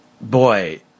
Boy